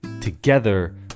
Together